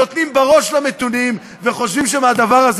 נותנים בראש למתונים וחושבים שמהדבר הזה